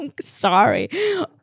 Sorry